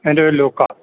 എൻ്റെ പേര് ലൂക്ക